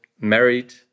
married